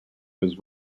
was